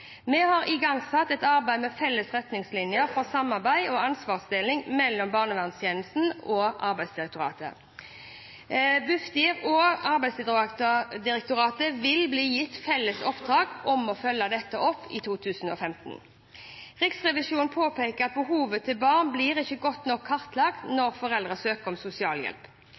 Vi har igangsatt et arbeid med felles retningslinjer for samarbeid og ansvarsdeling mellom barnevernstjenesten og Arbeidsdirektoratet. Bufdir og Arbeidsdirektoratet vil bli gitt felles oppdrag om å følge dette opp i 2015. Riksrevisjonen påpeker at behovene til barna ikke blir godt nok kartlagt når foreldrene søker om sosialhjelp.